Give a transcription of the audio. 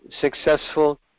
successful